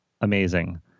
amazing